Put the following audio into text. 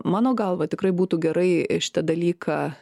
mano galva tikrai būtų gerai šitą dalyką